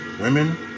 women